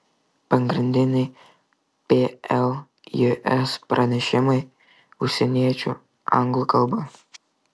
pagrindiniai pljs pranešimai užsieniečių anglų kalba